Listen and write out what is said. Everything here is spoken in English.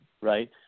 right